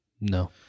No